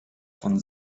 von